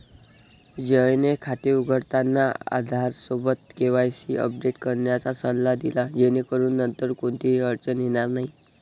जयने खाते उघडताना आधारसोबत केवायसी अपडेट करण्याचा सल्ला दिला जेणेकरून नंतर कोणतीही अडचण येणार नाही